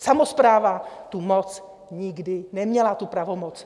Samospráva tu moc nikdy neměla, tu pravomoc.